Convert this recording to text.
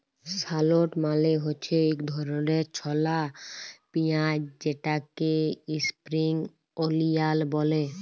shallot মালে হছে ইক ধরলের ছলা পিয়াঁইজ যেটাকে ইস্প্রিং অলিয়াল ব্যলে